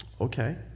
Okay